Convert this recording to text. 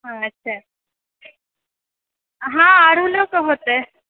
हँ छै हँ अड़हुलोके होतै